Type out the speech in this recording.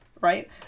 right